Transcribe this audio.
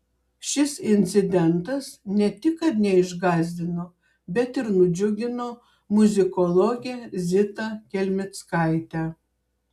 šis incidentas ne tik kad neišgąsdino bet ir nudžiugino muzikologę zitą kelmickaitę